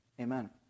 Amen